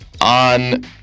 on